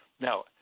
Now